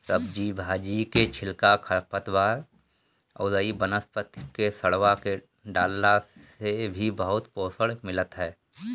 सब्जी भाजी के छिलका, खरपतवार अउरी वनस्पति के सड़आ के डालला से भी बहुते पोषण मिलत ह